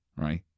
right